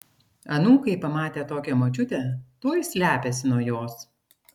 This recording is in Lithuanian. anūkai pamatę tokią močiutę tuoj slepiasi nuo jos